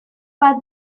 bat